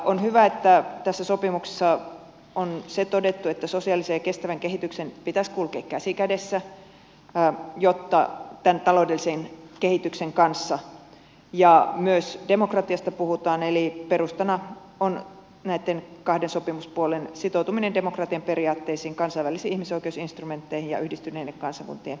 on hyvä että tässä sopimuksessa on se todettu että sosiaalisen ja kestävän kehityksen pitäisi kulkea käsi kädessä tämän taloudellisen kehityksen kanssa ja myös demokratiasta puhutaan eli perustana on näitten kahden sopimuspuolen sitoutuminen demokratian periaatteisiin kansainvälisiin ihmisoikeusinstrumentteihin ja yhdistyneiden kansakuntien ihmisoikeusjulistukseen